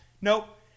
Nope